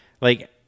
like-